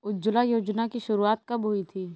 उज्ज्वला योजना की शुरुआत कब हुई थी?